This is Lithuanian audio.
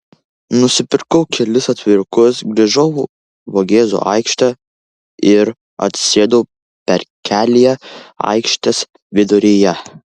nusipirkau kelis atvirukus grįžau į vogėzų aikštę ir atsisėdau parkelyje aikštės viduryje